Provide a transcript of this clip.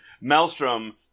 Maelstrom